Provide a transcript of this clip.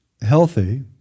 healthy